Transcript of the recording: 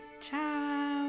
Ciao